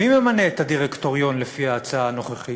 מי ממנה את הדירקטוריון לפי ההצעה הנוכחית?